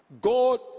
God